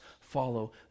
follow